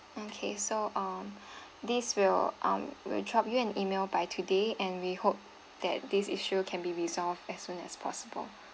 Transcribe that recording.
okay so um this will um we will drop you an email by today and we hope that this issue can be resolved as soon as possible